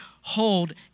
hold